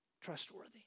trustworthy